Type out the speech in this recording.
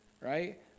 right